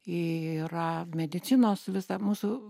yra medicinos visa mūsų